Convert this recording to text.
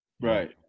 right